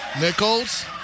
Nichols